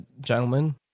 Gentlemen